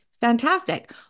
Fantastic